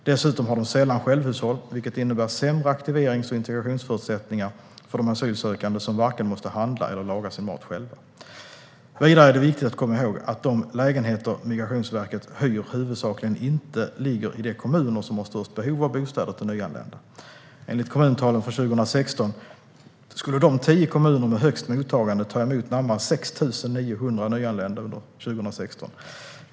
Dessutom har de sällan självhushåll, vilket innebär sämre aktiverings och integrationsförutsättningar för de asylsökande, som varken måste handla eller laga sin mat själva. Vidare är det viktigt att komma ihåg att de lägenheter som Migrationsverket hyr huvudsakligen inte ligger i de kommuner som har störst behov av bostäder till nyanlända. Enligt kommuntalen för 2016 skulle de tio kommuner som har högst mottagande ta emot närmare 6 900 nyanlända under 2016.